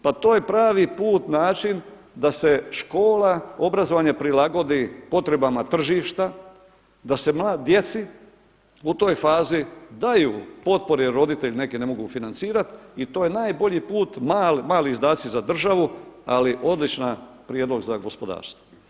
Pa to je pravi put, način da se škola obrazovanje prilagodi potrebama tržišta, da se djeci u toj fazi daju potpore jer roditelji neki ne mogu financirati i to je najbolji put mladi izdaci za državu, ali odličan prijedlog za gospodarstvo.